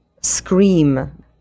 Scream